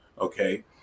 okay